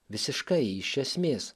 visiškai iš esmės